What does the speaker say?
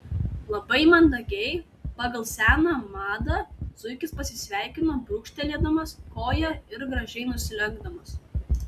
labai mandagiai pagal seną madą zuikis pasisveikino brūkštelėdamas koja ir gražiai nusilenkdamas